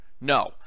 No